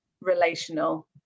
relational